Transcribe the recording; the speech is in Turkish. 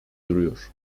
duruyor